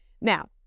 Now